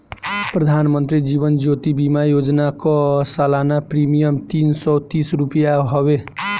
प्रधानमंत्री जीवन ज्योति बीमा योजना कअ सलाना प्रीमियर तीन सौ तीस रुपिया हवे